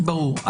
ברור.